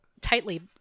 tightly